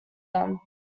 them